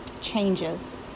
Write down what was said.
changes